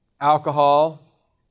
alcohol